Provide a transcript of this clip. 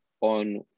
on